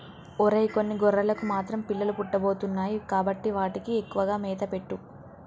ఒరై కొన్ని గొర్రెలకు మాత్రం పిల్లలు పుట్టబోతున్నాయి కాబట్టి వాటికి ఎక్కువగా మేత పెట్టు